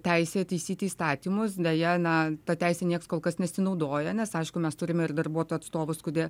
teisė taisyti įstatymus deja na ta teise nieks kol kas nesinaudoja nes aišku mes turime ir darbuotojo atstovus kurie